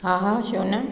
हा हा छो न